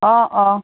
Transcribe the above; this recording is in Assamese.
অ অ